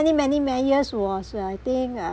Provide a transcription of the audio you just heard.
many many many years was uh I think uh